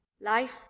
Life